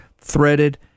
threaded